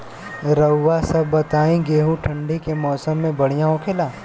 रउआ सभ बताई गेहूँ ठंडी के मौसम में बढ़ियां होखेला?